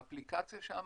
האפליקציה שם,